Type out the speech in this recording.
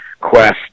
quest